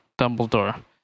Dumbledore